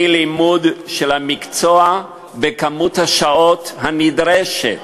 אי-לימוד של המקצוע בכמות השעות הנדרשת,